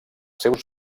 seus